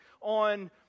on